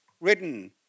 written